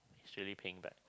actually paying back